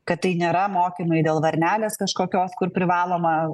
kad tai nėra mokymai dėl varnelės kažkokios kur privaloma